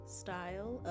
style